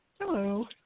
Hello